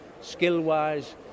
Skill-wise